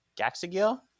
Gaxagil